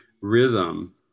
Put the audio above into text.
rhythm